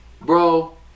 Bro